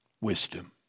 Wisdom